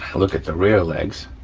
look at the rear legs,